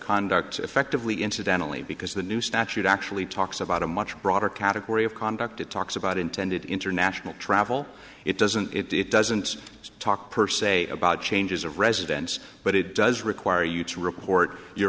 conduct effectively incidentally because the new statute actually talks about a much broader category of conduct it talks about intended international travel it doesn't it doesn't talk per se about changes of residence but it does require you to report your